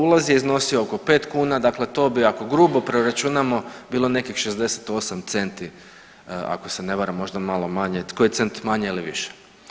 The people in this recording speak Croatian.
Ulaz je iznosio oko pet kuna dakle, to bi ako grubo preračunamo bilo nekih 68 centi ako se ne varam možda malo manje koji cent manje ili više.